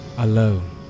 Alone